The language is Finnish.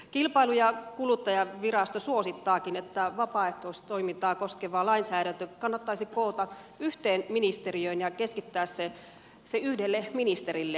kilpailu ja kuluttajavirasto suosittaakin että vapaaehtoistoimintaa koskeva lainsäädäntö kannattaisi koota yhteen ministeriöön ja keskittää se yhdelle ministerille